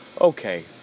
Okay